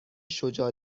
شجاع